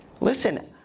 Listen